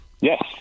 Yes